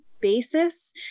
basis